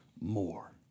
more